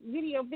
Video